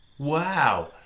Wow